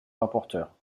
rapporteur